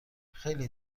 خیلی